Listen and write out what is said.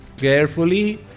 carefully